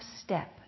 step